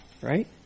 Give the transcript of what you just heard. right